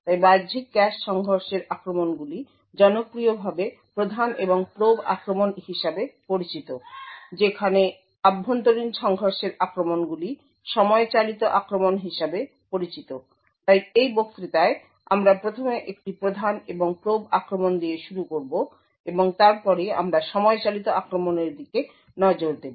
তাই বাহ্যিক ক্যাশে সংঘর্ষের আক্রমণগুলি জনপ্রিয়ভাবে প্রধান এবং প্রোব আক্রমণ হিসাবে পরিচিত যেখানে অভ্যন্তরীণ সংঘর্ষের আক্রমণগুলি সময় চালিত আক্রমণ হিসাবে পরিচিত তাই এই বক্তৃতায় আমরা প্রথমে একটি প্রধান এবং প্রোব আক্রমণ দিয়ে শুরু করব এবং তারপরে আমরা সময় চালিত আক্রমণের দিকে নজর দেব